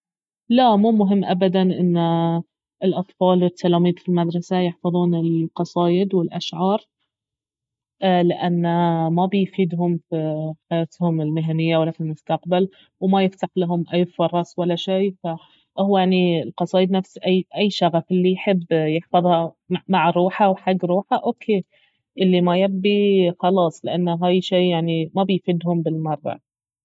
لا مو مهم ابدا انه الأطفال والتلاميذ في المدرسة يحفظون القصايد والاشعار لانه ما بيفيدهم في حياتهم المهنية ولا في المستقبل وما يفتح لهم أي فرص ولا شيء فهو يعني القصايد نفس أي- أي شغف الي يحب يحفظها مع روحه وحق روحه اوكي الي ما يبي خلاص لانه هاي شيء يعني ما بيفيدهم بالمرة